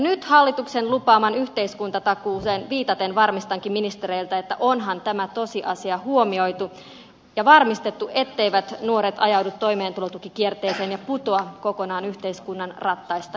nyt hallituksen lupaamaan yhteiskuntatakuuseen viitaten varmistankin ministereiltä onhan tämä tosiasia huomioitu ja varmistettu etteivät nuoret ajaudu toimeentulotukikierteeseen ja putoa kokonaan yhteiskunnan rattaista jo alkumetreillä